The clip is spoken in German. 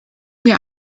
mir